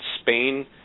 Spain